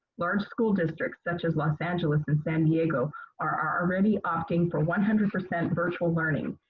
large school districts such as los angeles and san diego are are already opting for one hundred percent virtual learning.